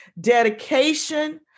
dedication